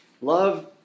love